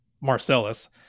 Marcellus